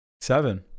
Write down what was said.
Seven